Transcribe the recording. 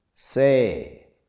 Say